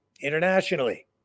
internationally